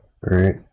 right